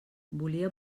volia